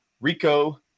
Rico